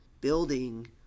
building